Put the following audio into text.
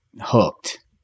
hooked